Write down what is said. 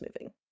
moving